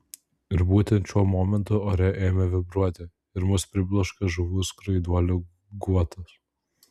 ir būtent šiuo momentu ore ėmė vibruoti ir mus pribloškė žuvų skraiduolių guotas